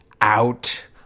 out